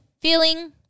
feeling